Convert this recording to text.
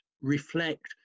reflect